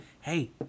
Hey